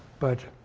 but